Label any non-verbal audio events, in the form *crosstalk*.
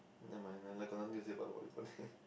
never mind I like got nothing to say *breath*